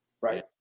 Right